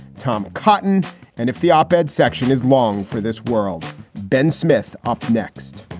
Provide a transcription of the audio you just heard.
tom cotton and if the op ed section is long for this world. ben smith up next